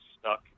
stuck